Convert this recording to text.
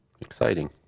Exciting